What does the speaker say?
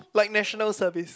like National Service